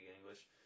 English